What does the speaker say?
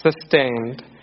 sustained